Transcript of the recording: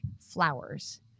flowers